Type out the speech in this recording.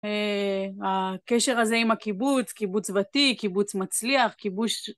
הקשר הזה עם הקיבוץ, קיבוץ ותיק, קיבוץ מצליח, קיבוץ...